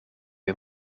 een